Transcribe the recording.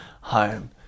home